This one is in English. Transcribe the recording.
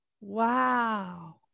wow